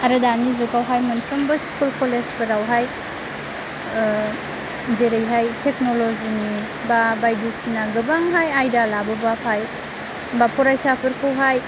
आरो दानि जुगावहाय मोनफ्रोमबो स्कुल कलेजफोरावहाय जेरैहाय टेक्न'लजिनि बा बायदिसिना गोबांहाय आयदा लाबोब्लाथाय बा फरायसाफोरखौहाय